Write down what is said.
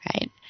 Right